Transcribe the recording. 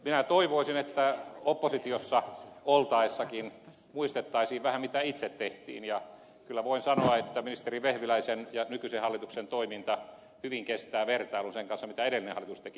minä toivoisin että oppositiossa oltaessakin muistettaisiin vähän mitä itse tehtiin ja kyllä voin sanoa että ministeri vehviläisen ja nykyisen hallituksen toiminta hyvin kestää vertailun sen kanssa mitä edellinen hallitus teki